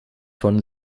von